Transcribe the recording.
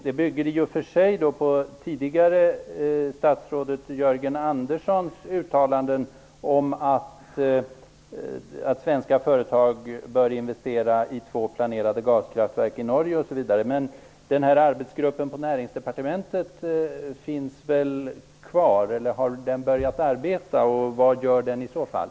Detta bygger på det tidigare statsrådet Jörgen Anderssons uttalanden om att svenska företag bör investera i två planerade gaskraftverk i Den här arbetsgruppen på Näringsdepartementet finns väl kvar. Har den börjat arbeta, och vad gör den i så fall?